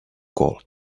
gold